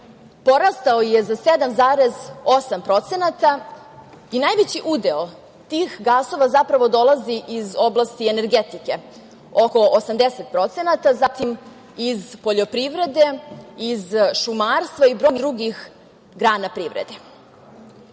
porastao je za 7,8% i najveći udeo tih gasova zapravo dolazi iz oblasti energetike, oko 80%, zatim iz poljoprivrede, iz šumarstva i brojnih drugih grana privrede. Zakon